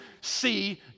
see